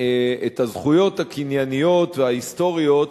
את הזכויות הקנייניות וההיסטוריות